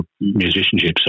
musicianship